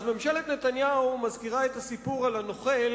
ממשלת נתניהו מזכירה את הסיפור על הנוכל